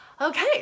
Okay